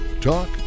talk